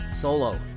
solo